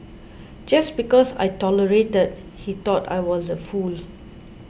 just because I tolerated he thought I was a fool